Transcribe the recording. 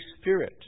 Spirit